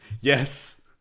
Yes